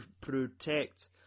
protect